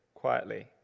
quietly